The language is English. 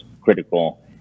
critical